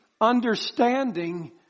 understanding